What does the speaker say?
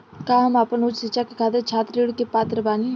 का हम आपन उच्च शिक्षा के खातिर छात्र ऋण के पात्र बानी?